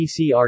PCR